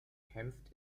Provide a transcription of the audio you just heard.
kämpft